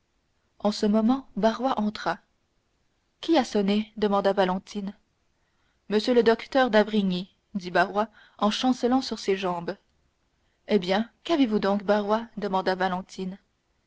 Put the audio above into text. en ce moment barrois entra qui a sonné demanda valentine monsieur le docteur d'avrigny dit barrois en chancelant sur ses jambes eh bien qu'avez-vous donc barrois demanda valentine